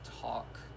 talk